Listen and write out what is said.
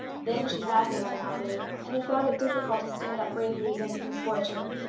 then she had been unhappy, and had found it difficult to stand up bravely against misfortune.